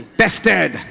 tested